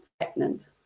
pregnant